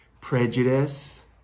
prejudice